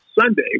Sunday